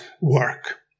work